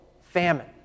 famine